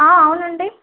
ఆ అవునండి